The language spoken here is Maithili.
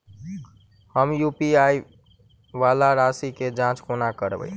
हम यु.पी.आई वला राशि केँ जाँच कोना करबै?